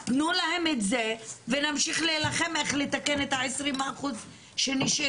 תנו להן את זה ונמשיך להילחם על איך לתקן את ה-20 אחוזים שנשארו.